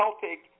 Celtic